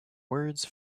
words